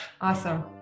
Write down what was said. Awesome